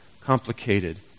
Complicated